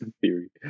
theory